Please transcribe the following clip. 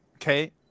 Okay